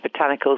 botanicals